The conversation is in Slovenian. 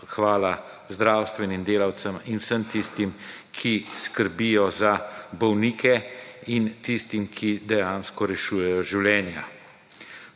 zahvala zdravstvenim delavcem in vsem tistim, ki skrbijo za bolnike, in tistim, ki dejansko rešujejo življenja.